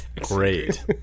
great